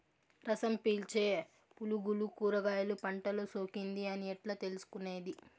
రసం పీల్చే పులుగులు కూరగాయలు పంటలో సోకింది అని ఎట్లా తెలుసుకునేది?